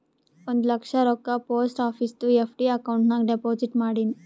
ಒಂದ್ ಲಕ್ಷ ರೊಕ್ಕಾ post ಆಫೀಸ್ದು FD account ನಾಗ್ deposit ಮಾಡಿನ್